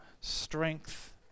strength